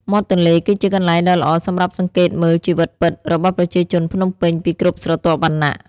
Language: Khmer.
មាត់ទន្លេគឺជាកន្លែងដ៏ល្អសម្រាប់សង្កេតមើល "ជីវិតពិត" របស់ប្រជាជនភ្នំពេញពីគ្រប់ស្រទាប់វណ្ណៈ។